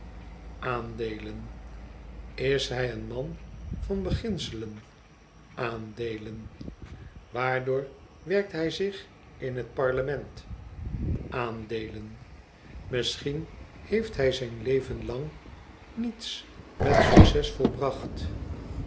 aandeelen is hij een man van beginselen aandeelen waardoor werkt hij zich in het parlement aandeelen misschien heeft hij zijn leven lang niets met succes volbracht